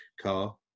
car